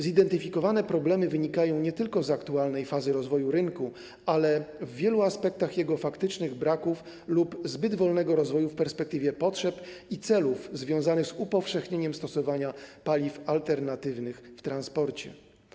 Zidentyfikowane problemy wynikają nie tylko z aktualnej fazy rozwoju rynku, ale w wielu aspektach z jego faktycznych braków lub zbyt wolnego rozwoju w perspektywie potrzeb i celów związanych z upowszechnieniem stosowania paliw alternatywnych w transporcie.